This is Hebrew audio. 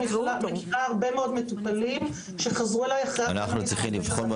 מכירה הרבה מאוד מטופלים שחזרו אליי אחרי --- אנחנו צריכים לבחון,